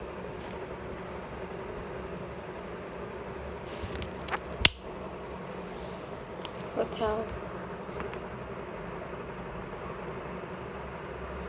hotel